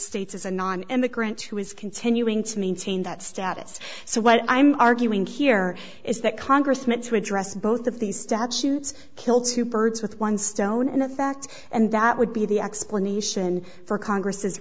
states is a non immigrant who is continuing to maintain that status so what i'm arguing here is that congressman to address both of these statutes kill two birds with one stone and the facts and that would be the explanation for congress